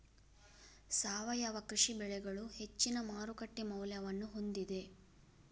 ಸಾವಯವ ಕೃಷಿ ಬೆಳೆಗಳು ಹೆಚ್ಚಿನ ಮಾರುಕಟ್ಟೆ ಮೌಲ್ಯವನ್ನು ಹೊಂದಿದೆ